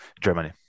Germany